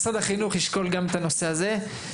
משרד החינוך ישקול גם את הנושא הזה.